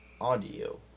audio